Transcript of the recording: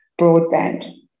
broadband